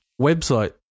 website